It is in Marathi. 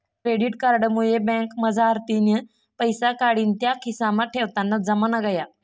क्रेडिट कार्ड मुये बँकमझारतीन पैसा काढीन त्या खिसामा ठेवताना जमाना गया